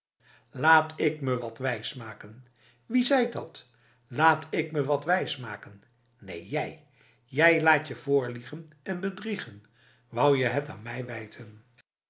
laat ik me wat wijsmaken wie zeit dat laat ik me wat wijsmaken neen jij jij laatje voorliegen en bedriegen wou je het aan mij wijten